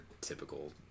typical